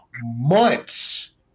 months